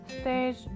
stage